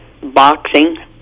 boxing